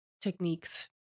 techniques